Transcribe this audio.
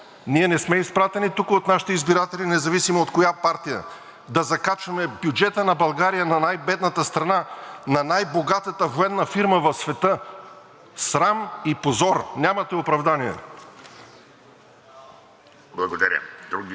Ние не сме изпратени тук от нашите избиратели, независимо от коя партия, да закачаме бюджета на България – на най-бедната страна, на най-богатата военна фирма в света. Срам и позор! Нямате оправдание. (Ръкопляскания